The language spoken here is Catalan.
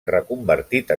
reconvertit